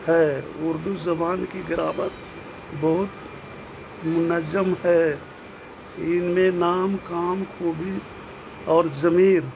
ہے اردو زبان کی گرامر بہت منظم ہے ان میں نام کام خوبی اور ضمیر